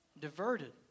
diverted